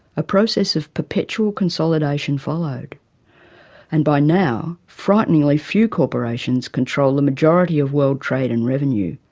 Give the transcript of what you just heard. a process of perpetual consolidation followed and by now, frighteningly few corporations control the majority of world trade and revenue,